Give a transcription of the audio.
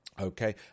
Okay